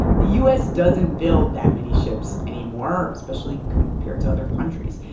the u s. doesn't build that many ships anymore, especially compared to other countries.